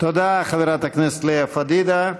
תודה, חברת הכנסת לאה פדידה.